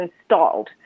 installed